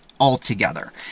Altogether